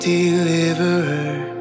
Deliverer